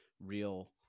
real